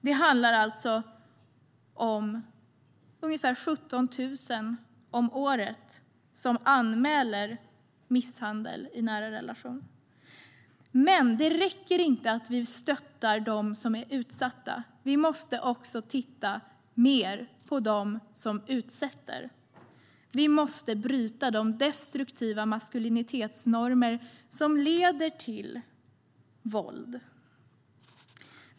Det är ca 17 000 kvinnor som varje år anmäler att de blir misshandlade i en nära relation. Det räcker inte att vi stöttar dem som är utsatta. Vi måste också titta mer på dem som utsätter. Vi måste bryta de destruktiva maskulinitetsnormer som leder till våld.